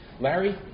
Larry